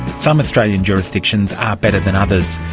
some australian jurisdictions are better than others.